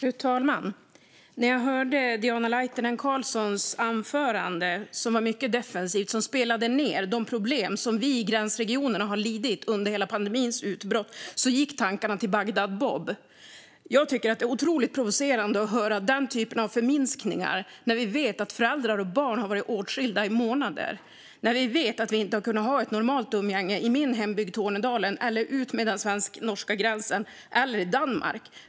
Fru talman! När jag hörde Diana Laitinen Carlssons anförande, som var mycket defensivt och som spelade ned de problem som vi i gränsregionerna har lidit av under hela pandemiutbrottet, gick tankarna till Bagdad-Bob. Det är otroligt provocerande att höra den typen av förminskningar när vi vet att föräldrar och barn har varit åtskilda i månader, när vi inte har kunnat ha ett normalt umgänge i min hembygd Tornedalen, utmed den svensk-norska gränsen eller Danmark.